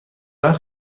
مرد